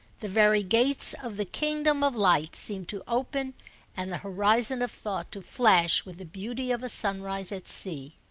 the very gates of the kingdom of light seemed to open and the horizon of thought to flash with the beauty of a sunrise at sea.